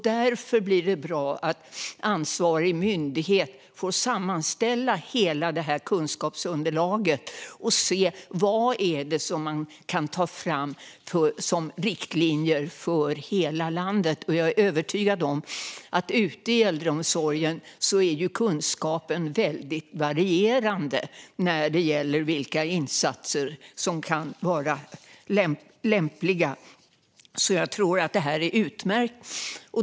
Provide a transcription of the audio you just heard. Därför blir det bra att ansvarig myndighet får sammanställa hela kunskapsunderlaget och se vad man kan ta fram som riktlinjer för hela landet. Jag är övertygad om att ute i äldreomsorgen är kunskapen väldigt varierande när det gäller vilka insatser som kan vara lämpliga. Jag tror alltså att detta är utmärkt.